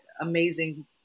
amazing